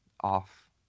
off